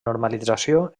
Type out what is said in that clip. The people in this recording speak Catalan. normalització